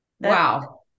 Wow